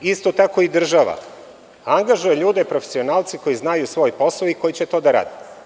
Isto tako i država, angažuje ljude profesionalce koji znaju svoj posao i koji će to da rade.